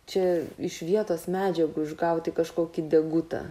čia iš vietos medžiagų išgauti kažkokį degutą